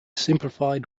simplified